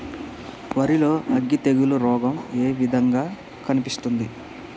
వరి లో అగ్గి తెగులు రోగం ఏ విధంగా కనిపిస్తుంది?